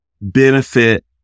benefit